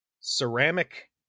ceramic